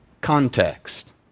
context